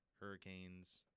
hurricanes